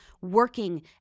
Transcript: working